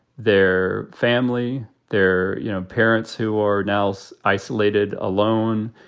their family, their you know parents who are nel's isolated, alone,